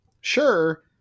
sure